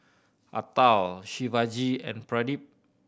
Atal Shivaji and Pradip